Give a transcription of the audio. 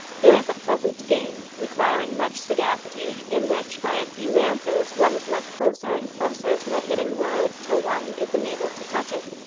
there is a pleasant game, requiring much sagacity, in which, by a few answers, one is led closer and closer to a hidden word, till one is enabled to touch it.